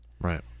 Right